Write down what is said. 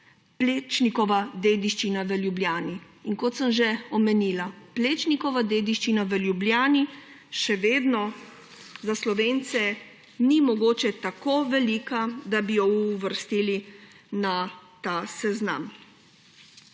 Plečnikova dediščina v Ljubljani. In kot sem že omenila, Plečnikova dediščina v Ljubljani še vedno za Slovence ni mogoče tako velika, da bi jo uvrstili na ta seznam.